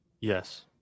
yes